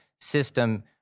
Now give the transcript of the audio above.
system